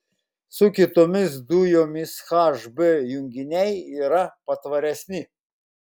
su kitomis dujomis hb junginiai yra patvaresni